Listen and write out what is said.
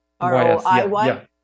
R-O-I-Y